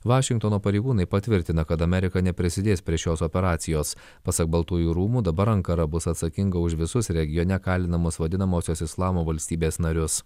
vašingtono pareigūnai patvirtina kad amerika neprisidės prie šios operacijos pasak baltųjų rūmų dabar ankara bus atsakinga už visus regione kalinamus vadinamosios islamo valstybės narius